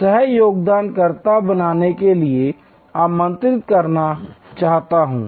सह योगदानकर्ता बनने के लिए आमंत्रित करना चाहता हूं